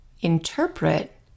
interpret